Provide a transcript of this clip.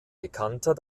bekannter